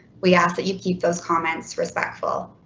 we ask that you keep those comments respectful,